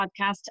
podcast